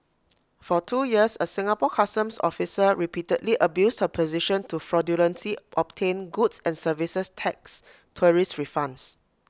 for two years A Singapore Customs officer repeatedly abused her position to fraudulently obtain goods and services tax tourist refunds